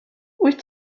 wyt